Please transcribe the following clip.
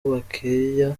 bakeya